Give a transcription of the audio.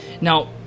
Now